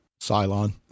Cylon